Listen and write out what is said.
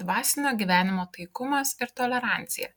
dvasinio gyvenimo taikumas ir tolerancija